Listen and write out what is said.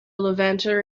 levanter